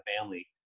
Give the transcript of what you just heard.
family